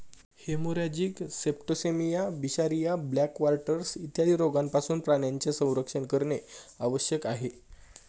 haemorrhagic septicaemia, बिशरिया, black quarters इत्यादी रोगांपासून प्राण्यांचे संरक्षण करणे आवश्यक आहे